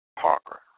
Parker